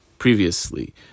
Previously